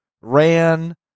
ran